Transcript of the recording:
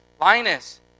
Linus